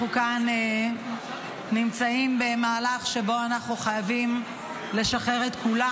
אנחנו כאן נמצאים במהלך שבו אנחנו חייבים לשחרר את כולם.